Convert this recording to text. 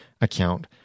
account